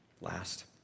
Last